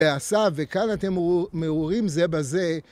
ועשה, וכאן אתם מעורים זה בזה.